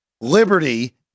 Liberty